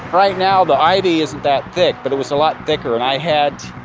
right now, the ivy isn't that thick, but it was a lot thicker, and i had,